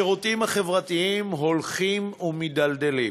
השירותים החברתיים הולכים ומידלדלים.